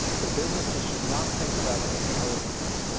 that businesses should not think about anything other than that.